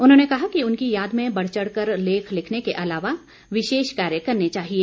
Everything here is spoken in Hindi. उन्होंने कहा कि उनकी याद में बढ़चढ़ कर लेख लिखने के अलावा विशेष कार्य करने चाहिए